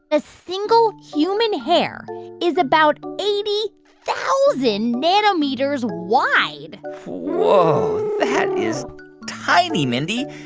a single human hair is about eighty thousand nanometers wide whoa. that is tiny, mindy.